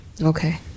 Okay